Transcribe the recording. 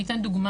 אני אתן דוגמא,